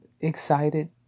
excited